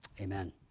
Amen